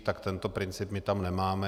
Tak tento princip my tam nemáme.